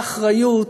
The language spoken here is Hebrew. באחריות,